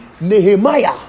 Nehemiah